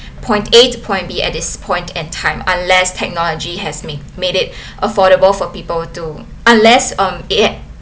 point A to point B at this point in time unless technology has ma~ made it affordable for people to unless um it had